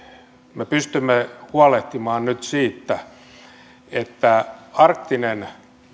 me pystymme huolehtimaan nyt siitä että arktinen